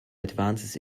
advances